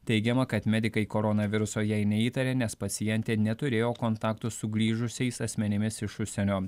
teigiama kad medikai koronaviruso jai neįtarė nes pacientė neturėjo kontakto su grįžusiais asmenimis iš užsienio